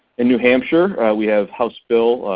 in new hampshire we have house bill,